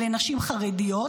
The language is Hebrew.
לנשים חרדיות,